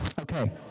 Okay